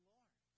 Lord